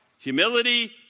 Humility